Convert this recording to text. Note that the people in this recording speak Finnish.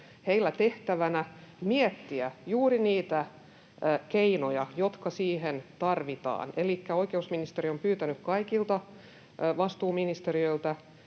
tehtävänä miettiä juuri niitä keinoja, jotka siihen tarvitaan, elikkä oikeusministeriö on pyytänyt kaikilta vastuuministeriöiltä